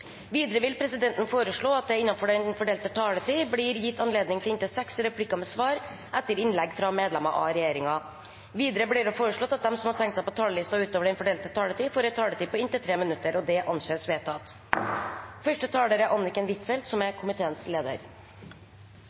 Videre vil presidenten foreslå at det – innenfor den fordelte taletid – blir gitt anledning til inntil seks replikker med svar etter innlegg fra medlemmer av regjeringen. Videre blir det foreslått at de som måtte tegne seg på talerlisten utover den fordelte taletid, får en taletid på inntil 3 minutter. – Det anses vedtatt.